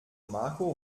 marco